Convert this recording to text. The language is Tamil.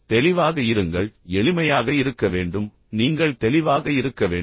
தெளிவாக இருங்கள் அதாவது நீங்கள் எளிமையாக இருக்க வேண்டும் நீங்கள் தெளிவாக இருக்க வேண்டும்